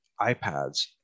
iPads